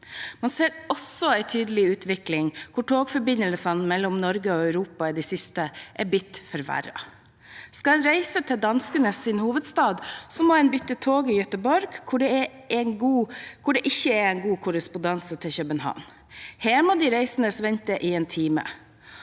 Man ser også en tydelig utvikling hvor togforbindelsene mellom Norge og Europa i det siste er blitt forverret. Skal en reise til danskenes hovedstad, må en bytte tog i Göteborg, hvor det ikke er god korrespondanse til København. Her må de reisende vente i én time.